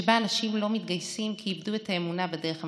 שבה אנשים לא מתגייסים כי איבדו את האמונה בדרך המשותפת,